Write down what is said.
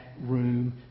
room